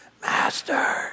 Master